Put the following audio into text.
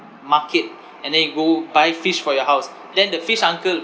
market and then you go buy fish for your house then the fish uncle